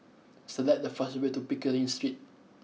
select the fastest way to Pickering Street